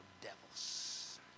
devils